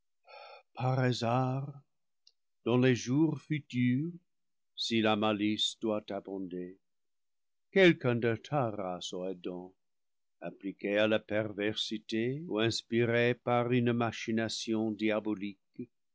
par hasard dans les jours futurs si la malice doit abonder quelqu'un de ta race ô adam appli que à la perversité ou inspiré par une machination diabo